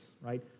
right